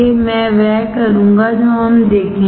मैं वह करूंगा जो हम देखेंगे